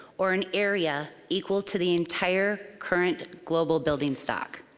or an area equal to the entire current global building stock.